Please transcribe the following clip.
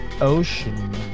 ocean